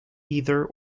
either